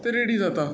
मागीर